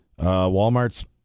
Walmart's